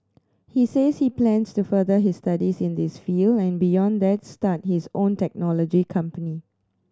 he says he plans to further his studies in this field and beyond that start his own technology company